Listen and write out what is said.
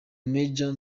major